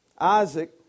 Isaac